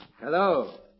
Hello